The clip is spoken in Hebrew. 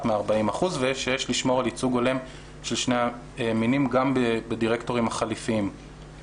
מ-40% ושיש לשמור על ייצוג הולם של שני המינים גם בדירקטורים החליפיים.